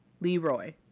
Leroy